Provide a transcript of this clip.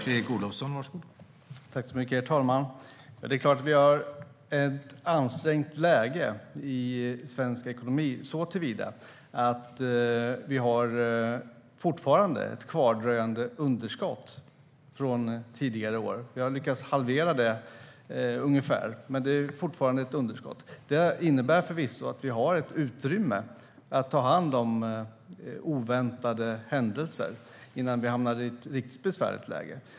Herr talman! Det är klart att vi har ett ansträngt läge i svensk ekonomi såtillvida att vi fortfarande har ett kvardröjande underskott från tidigare år. Vi har lyckats halvera det ungefär, men det är fortfarande ett underskott. Det innebär förvisso att vi har ett utrymme att ta hand om oväntade händelser innan vi hamnar i ett riktigt besvärligt läge.